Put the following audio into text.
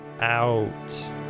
out